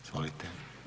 Izvolite.